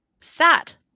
sat